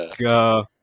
go